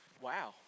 Wow